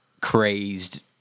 crazed